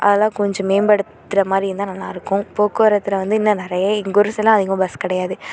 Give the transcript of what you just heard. அதெல்லாம் கொஞ்சம் மேம்படுத்துகிற மாதிரி இருந்தால் நல்லா இருக்கும் போக்குவரத்தில் வந்து இன்னும் நிறையா எங்கூரு சைடுலாம் அதிகமாக பஸ் கிடையாது